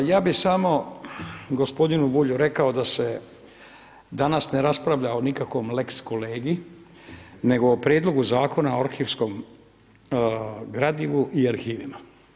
Pa ja bi samo gospodinu Bulju rekao da se danas ne raspravlja o nikakvom lex kolegi nego o Prijedlogu Zakona o arhivskom gradivu i arhivima.